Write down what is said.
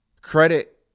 credit